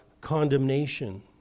Condemnation